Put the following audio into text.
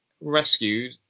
rescued